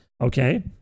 Okay